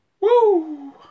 Woo